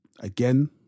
Again